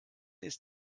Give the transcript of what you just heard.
ist